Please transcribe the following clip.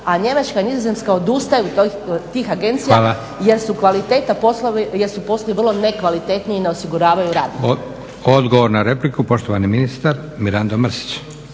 a Njemačka i Nizozemska odustaju od tih agencija jer su poslovi vrlo nekvalitetni i ne osiguravaju rad.